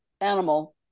animal